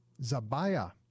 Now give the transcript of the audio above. Zabaya